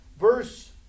Verse